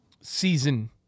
season